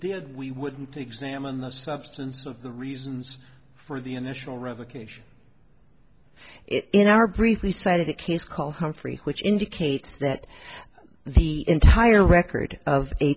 did we wouldn't examine the substance of the reasons for the initial revocation it in our briefly side of the case called humphrey which indicates that the entire record of a